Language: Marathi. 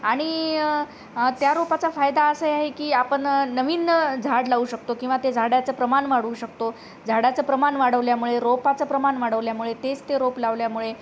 आणि त्या रोपाचा फायदा असे आहे की आपण नवीन झाड लावू शकतो किंवा ते झाडाचं प्रमाण वाढवू शकतो झाडाचं प्रमाण वाढवल्यामुळे रोपाचं प्रमाण वाढवल्यामुळे तेच ते रोप लावल्यामुळे